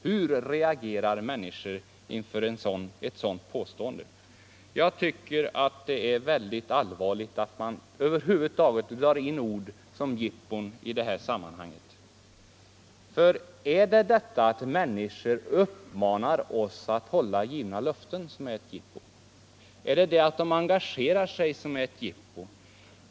Hur reagerar människor inför ett sådant påstående? Jag tycker det är väldigt allvarligt att man över huvud taget drar in ord som ”jippon” i detta sammanhang. Är det det att människor uppmanar oss att hålla givna löften som är ett jippo? Är det det att de engagerar sig som är ett jippo?